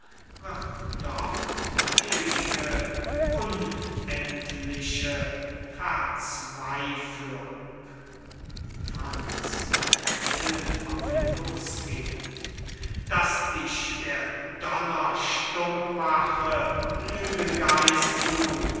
wird dort ewige unendliche verzweiflung franz wild auf ihn losgehend daß dich der donner stumm mache lügengeist du